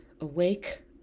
Awake